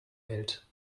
hält